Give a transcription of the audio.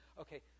Okay